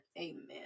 amen